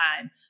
time